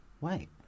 wait